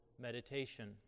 meditation